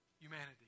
humanity